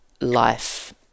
life